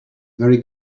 very